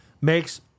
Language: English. makes